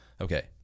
Okay